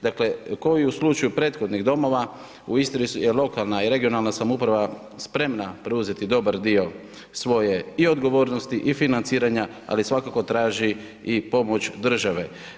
Dakle, kao i u slučaju prethodnih domova, u Istri je lokalne i regionalna samouprava spremna preuzeti dobar dio svoje i odgovornosti i financiranja, ali svakako traži i pomoć države.